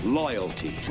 loyalty